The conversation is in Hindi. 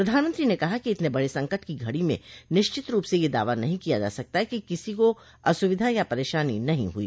प्रधानमंत्री ने कहा कि इतने बड़े संकट की घड़ी में निश्चित रूप से यह दावा नहीं किया जा सकता कि किसी को असुविधा या परेशानी नहीं हुई